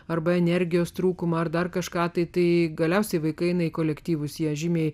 arba energijos trūkumą ar dar kažką tai tai galiausiai vaikai eina į kolektyvus jie žymiai